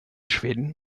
schweden